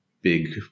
big